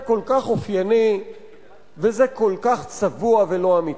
זה כל כך אופייני וזה כל כך צבוע ולא אמיתי.